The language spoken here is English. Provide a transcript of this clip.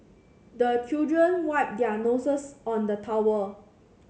the children wipe their noses on the towel